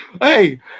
Hey